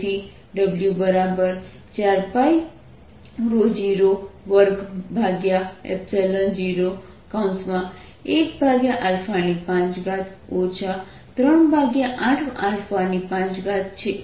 તેથીW4π020585 મારો જવાબ છે